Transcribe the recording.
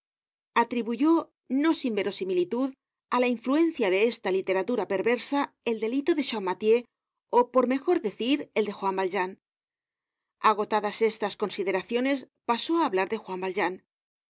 atribuyó no sin verosimilitud á la influencia de esta literatura perversa el delito de champraathieu ó por mejor decir de juan valjean agotadas estas consideraciones pasó á hablar de juan valjean